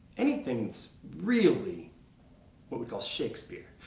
anything that's really what we call shakespeare.